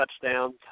touchdowns